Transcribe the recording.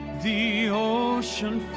the ocean